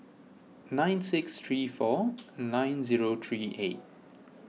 nine six three four nine zero three eight